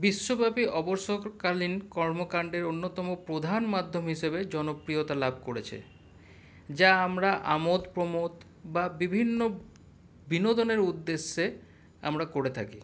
বিশ্বব্যাপী অবসরকালীন কর্মকাণ্ডের অন্যতম প্রধান মাধ্যম হিসাবে জনপ্রিয়তা লাভ করেছে যা আমরা আমোদ প্রমোদ বা বিভিন্ন বিনোদনের উদ্দেশ্যে আমরা করে থাকি